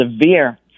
severe